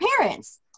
parents